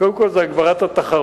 קודם כול, זו הגברת התחרות.